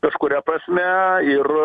kažkuria prasme ir